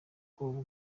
ahubwo